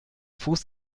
fuß